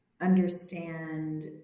understand